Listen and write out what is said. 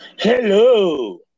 Hello